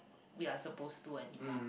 we are supposed to anymore